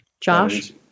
Josh